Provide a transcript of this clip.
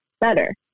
better